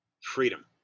freedom